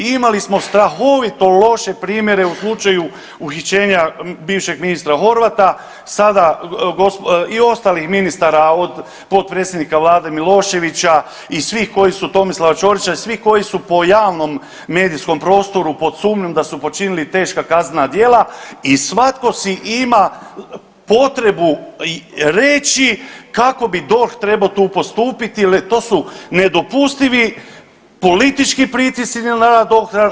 Imali smo strahovito loše primjere u slučaju uhićenja bivšeg ministra Horvata, sada i ostalih ministara od potpredsjednika vlade Miloševića i svih koji su, Tomislava Ćorića i svih koji su po javnom medijskom prostoru pod sumnjom da su počinili teška kaznena djela i svatko si ima potrebu reći kako bi DORH trebao tu postupiti jel to su nedopustivi politički pritisci na rad DORH-a.